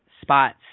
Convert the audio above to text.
spots